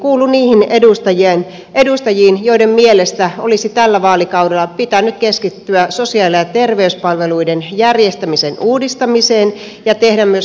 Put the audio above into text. kuulun niihin edustajiin joiden mielestä olisi tällä vaalikaudella pitänyt keskittyä sosiaali ja terveyspalveluiden järjestämisen uudistamiseen ja tehdä myös rahoitusuudistus samalla